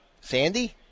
Sandy